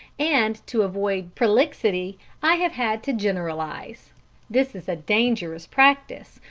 and to avoid prolixity i have had to generalise. this is a dangerous practice,